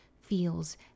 feels